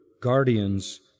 guardians